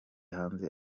hanze